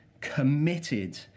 committed